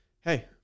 hey